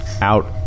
out